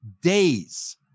days